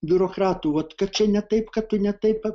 biurokratų vot kad čia ne taip kad tu ne taip